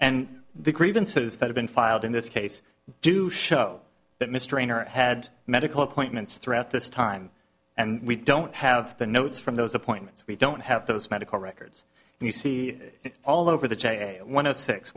and the grievances that have been filed in this case do show that mr rayner had medical appointments throughout this time and we don't have the notes from those appointments we don't have those medical records you see all over the one of six